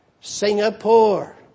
Singapore